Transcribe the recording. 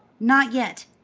not yet!